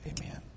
Amen